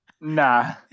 nah